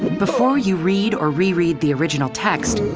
before you read or reread the original text,